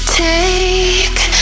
Take